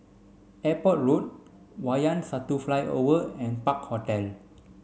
Airport Road Wayang Satu Flyover and Park Hotel